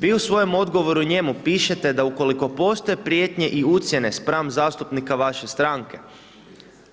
Vi u svojem odgovoru njemu pišete da ukoliko postoje prijetnje i ucjene spram zastupnika vaše stranke,